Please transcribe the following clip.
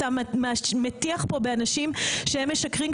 אתה מטיח פה באנשים שהם משקרים,